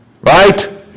Right